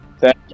Thank